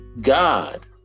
God